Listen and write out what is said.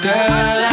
Girl